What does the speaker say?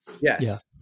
yes